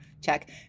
Check